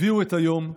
הביאו את היום.